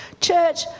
Church